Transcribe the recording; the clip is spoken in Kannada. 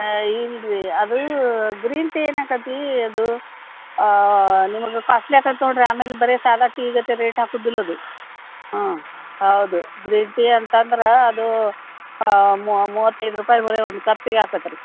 ಏಯ್ ಇಲ್ಲ ರೀ ಅದು ಗ್ರೀನ್ ಟೀ ಏನಾಕತ್ತಿ ಅದು ನಿಮಗೆ ಕಾಸ್ಟ್ಲಿ ಆಗತ್ ನೋಡಿರಿ ಆಮೇಲೆ ಬರೀ ಸಾದಾ ಟೀದಷ್ಟೇ ರೇಟ್ ಹಾಕೋದಿಲ್ಲ ಅದು ಹಾಂ ಹೌದು ಗ್ರೀನ್ ಟೀ ಅಂತಂದ್ರೆ ಅದು ಮೂವತ್ತೈದು ರೂಪಾಯಿ ಬರೀ ಒಂದು ಕಪ್ಪಿಗೆ ಆಗತ್ ರೀ